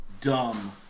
Dumb